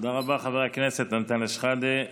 תודה רבה, חבר הכנסת אנטאנס שחאדה.